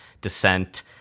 descent